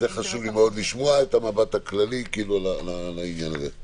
--- חשוב לי מאוד לשמוע על המבט הכללי לעניין הזה.